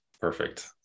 perfect